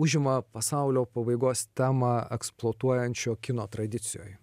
užima pasaulio pabaigos temą eksploatuojančio kino tradicijoj